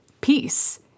peace